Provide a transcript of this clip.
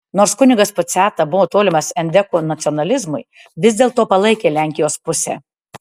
nors kunigas puciata buvo tolimas endekų nacionalizmui vis dėlto palaikė lenkijos pusę